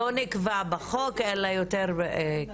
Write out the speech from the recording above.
זה לא נקבע בחוק, אלא יותר כנוהל.